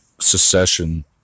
secession